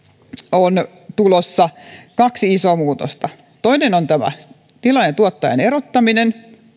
on tulossa kaksi isoa muutosta toinen on tämä tilaaja tuottajan erottaminen